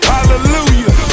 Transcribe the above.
Hallelujah